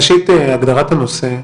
ראשית, הגדרת הנושא: